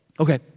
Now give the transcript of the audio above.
Okay